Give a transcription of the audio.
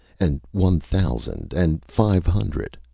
and one thousand, and five hundred.